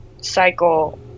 cycle